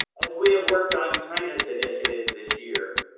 as we have worked on kindness initiatives this year,